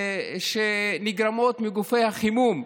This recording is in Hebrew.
שנגרמות מגופי החימום,